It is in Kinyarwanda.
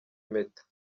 impeta